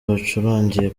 bacurangiye